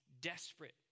desperate